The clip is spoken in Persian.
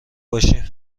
باشیم